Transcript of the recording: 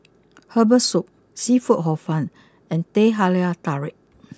Herbal Soup Seafood Hor fun and Teh Halia Tarik